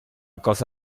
cosa